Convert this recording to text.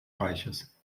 reiches